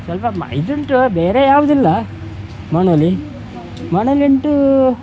ಸ್ವಲ್ಪ ಮ ಇದುಂಟು ಬೇರೆ ಯಾವುದಿಲ್ಲ ಮನೆಲಿ ಮನೇಲುಂಟೂ